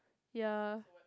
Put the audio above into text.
ya